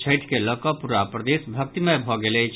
छठि के लऽ कऽ पुरा प्रदेश भक्तिमय भऽ गेल अछि